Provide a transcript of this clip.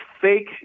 fake